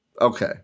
Okay